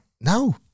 No